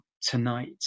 tonight